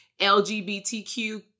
LGBTQ